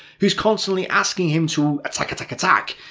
who's constantly asking him to attack-attack-attack.